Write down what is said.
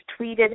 tweeted